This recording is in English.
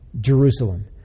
Jerusalem